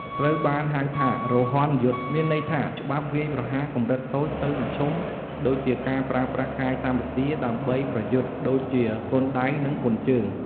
ត្រូវបានហៅថា "រហ័នយុទ្ធ" មានន័យថា ច្បាប់វាយប្រហារ កម្រិតតូច ទៅមធ្យម ដូចជាការប្រើប្រាសកាយសម្បទាដើម្បីប្រយុទ្ធ ដូចជាគុនដៃ និងគុនជើង។